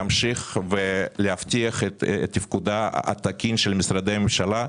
להמשיך ולהבטיח את תפקודם התקין של משרדי הממשלה.